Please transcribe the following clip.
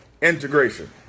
integration